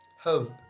health